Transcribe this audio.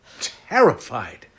terrified